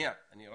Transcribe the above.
אז